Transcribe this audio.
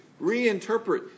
reinterpret